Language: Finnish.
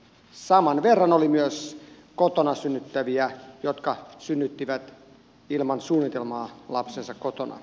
saman verran oli myös kotona synnyttäviä jotka synnyttivät ilman suunnitelmaa lapsensa kotona